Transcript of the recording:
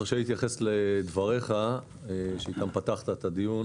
תרשה לי להתייחס לדבריך איתם פתחת את הדיון.